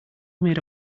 made